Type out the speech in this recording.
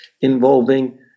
involving